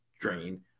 drain